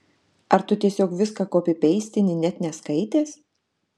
ar tu tiesiog viską kopipeistini net neskaitęs